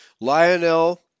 Lionel